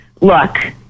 look